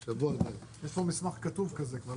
לאיתן יש פה כבר מסמך כתוב כזה.